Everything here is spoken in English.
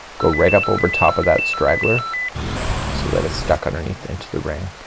go right up over top of that straggler so that it's stuck underneath into the ring.